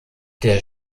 der